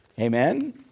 Amen